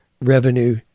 revenue